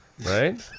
right